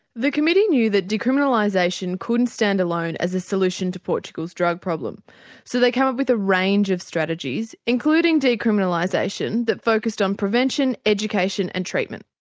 the committee knew that decriminalisation couldn't stand alone as a solution to portugal's drug problem so they came up with a range of strategies including decriminalisation that focused on prevention, education and treatment.